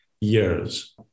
years